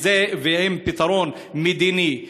ועם פתרון מדיני קבוע,